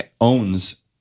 owns